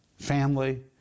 family